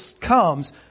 comes